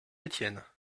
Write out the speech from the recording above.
étienne